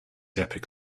epic